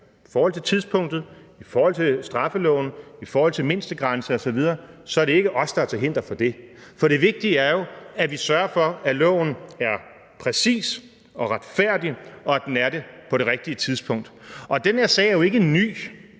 i forhold til tidspunktet, i forhold til straffeloven, i forhold til en mindstegrænse osv. Så det er ikke os, der er til hinder for det. For det vigtige er jo, at vi sørger for, at loven er præcis og retfærdig, og at den er det på det rigtige tidspunkt, og den her sag er jo ikke ny.